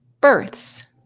births